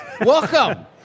Welcome